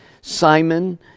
simon